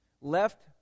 left